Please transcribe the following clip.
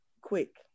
quick